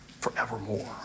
forevermore